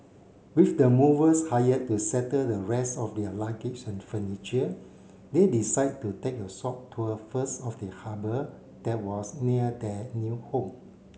with the movers hired to settle the rest of their luggage and furniture they decide to take a short tour first of the harbour that was near their new home